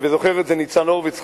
וזוכר את זה ניצן הורוביץ,